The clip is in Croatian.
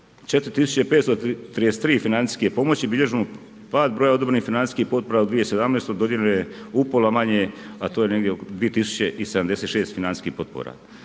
4533 financijske pomoći, bilježimo pad broja odobrenih financijskih potpora u 2017. dodijeljeno je upola manje, a to je negdje oko 2076 financijskih potpora.